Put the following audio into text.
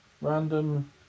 Random